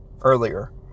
earlier